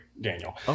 Daniel